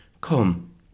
Come